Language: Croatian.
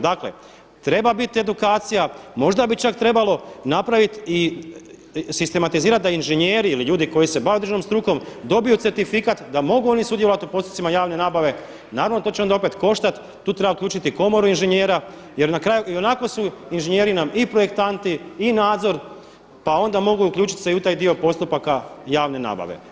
Dakle treba biti edukcija, možda bi čak trebalo napraviti i sistematizirati da inženjeri ili ljudi koji se bave državnom strukom dobiju certifikat da mogu oni sudjelovati u postupcima javne nabave, naravno to će onda opet koštati, tu treba uključiti Komoru inženjera jer i onako su inženjeri nam i projektanti i nadzor pa onda mogu uključiti se i u taj dio postupaka javne nabave.